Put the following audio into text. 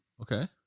Okay